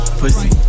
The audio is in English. pussy